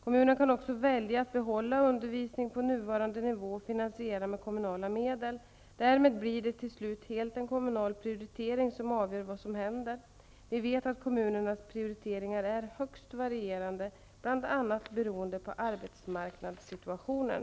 Kommunen kan också välja att behålla undervisningen på nuvarande nivå och finansiera med kommunala medel. Därmed blir det till slut helt en kommunal prioritering som avgör vad som händer. Vi vet att kommunernas prioriteringar är högst varierande, bl.a. beroende på arbetsmarknadssituationen.